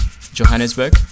Johannesburg